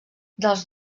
dels